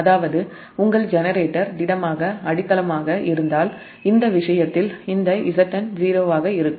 அதாவது உங்கள் ஜெனரேட்டர் திடமாக அடித்தளமாக இருந்தால் இந்த விஷயத்தில் இந்த Zn 0 ஆக இருக்கும்